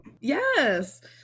Yes